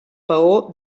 peó